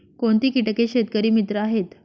कोणती किटके शेतकरी मित्र आहेत?